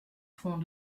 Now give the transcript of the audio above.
fond